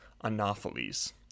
Anopheles